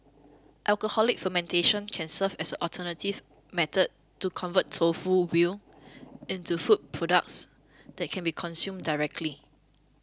alcoholic fermentation can serve as an alternative method to convert tofu whey into food products that can be consumed directly